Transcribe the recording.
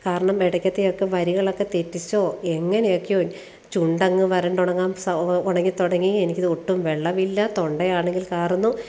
കാരണം ഇടക്കത്തെയൊക്കെ വരികളൊക്കെ തെറ്റിച്ചോ എങ്ങനെയൊക്കെയോ ചുണ്ടങ്ങ് വരണ്ടുണങ്ങാൻ ഉണങ്ങിത്തുടങ്ങി എനിക്കിത് ഒട്ടും വെള്ളമില്ല തൊണ്ടയാണെങ്കിൽ കാറുന്നു